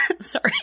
sorry